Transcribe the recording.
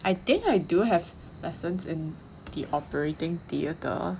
I think I do have lessons in the operating theatre